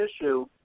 issue